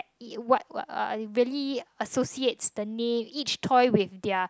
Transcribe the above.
it what uh as in really associates the name each toy with their